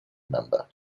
member